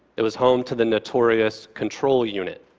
it was home to the notorious control unit.